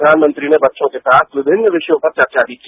प्रधान मंत्री ने बच्चों के साथ विषिन्न विषयों पर वर्चा भी की